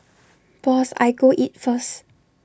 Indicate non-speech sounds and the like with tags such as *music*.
*noise* boss I go eat first